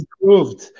improved